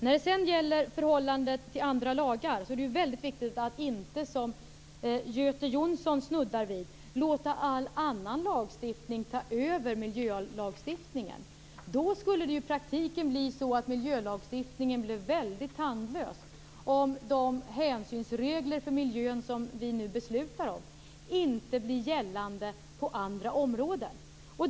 När det sedan gäller förhållandet till andra lagar är det väldigt viktigt att inte, som Göte Jonsson snuddar vid, låta all annan lagstiftning ta över miljölagstiftningen. Miljölagstiftningen skulle i praktiken bli väldigt tandlös om de hänsynsregler för miljön som vi nu beslutar om inte blir gällande på andra områden.